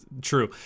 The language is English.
true